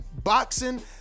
boxing